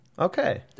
Okay